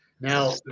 now